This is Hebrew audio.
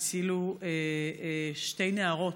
שהצילו שתי נערות,